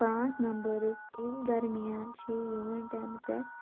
پانٛژھ نَمبٲرس یِم درمیان چھِ یِوان ٹیٚن پیٚٹھ